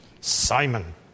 Simon